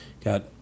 got